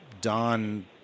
don